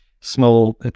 small